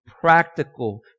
practical